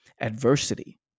adversity